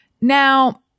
Now